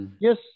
Yes